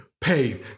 paid